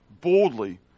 boldly